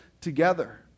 together